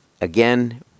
Again